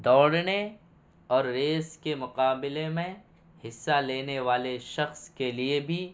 دوڑنے اور ریس کے مقابلے میں حصہ لینے والے شخص کے لیے بھی